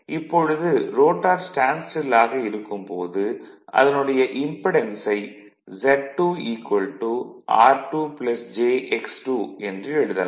இப்பொழுது rotor stand still ஆக இருக்கும் போது அதனுடைய இம்படென்ஸை Z2 r2 jx2 என்று எழுதலாம்